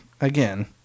again